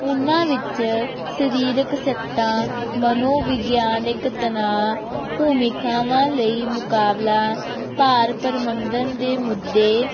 ਉਹਨਾਂ ਵਿੱਚ ਸਰੀਰਕ ਸੱਟਾਂ ਮਨੋਵਿਗਿਆਨਿਕ ਤਣਾਅ ਭੂਮਿਕਾਵਾਂ ਲਈ ਮੁਕਾਬਲਾ ਭਾਰ ਪ੍ਰਬੰਧਨ ਦੇ ਮੁੱਦੇ